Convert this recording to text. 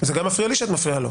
זה גם מפריע לי שאת מפריעה לו.